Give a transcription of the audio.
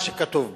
למה שכתוב בו.